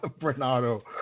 Bernardo